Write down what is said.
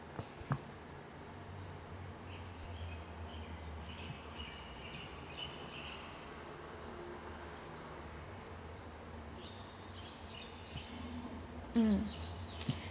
mm